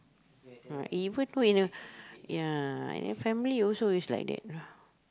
even ya family also it's like that